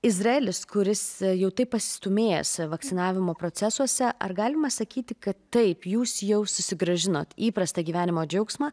izraelis kuris jau taip pasistūmėjęs vakcinavimo procesuose ar galima sakyti kad taip jūs jau susigrąžinot įprastą gyvenimo džiaugsmą